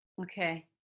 Okay